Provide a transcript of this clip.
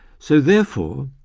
so therefore,